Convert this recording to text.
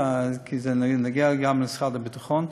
כי זה נוגע גם למשרד הביטחון,